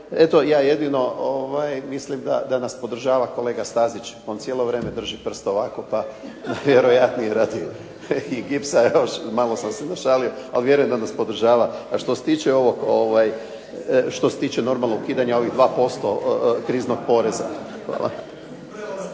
eto ja jedino mislim da nas podržava kolega Stazić, on cijelo vrijeme drži prst ovako, pa vjerojatno i radi i gipsa još, malo sam se našalio, a vjerujem da nas podržava a što se tiče normalno ukidanja ovih 2% kriznog poreza.